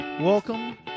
Welcome